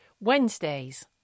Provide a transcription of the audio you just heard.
Wednesdays